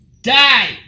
Die